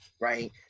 Right